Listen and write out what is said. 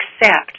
accept